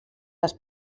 les